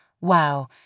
wow